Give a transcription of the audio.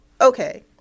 okay